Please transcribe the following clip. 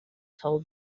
told